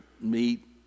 meat